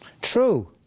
True